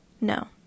No